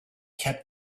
kept